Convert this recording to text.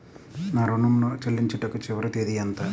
నా ఋణం ను చెల్లించుటకు చివరి తేదీ ఎంత?